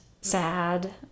sad